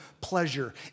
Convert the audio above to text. pleasure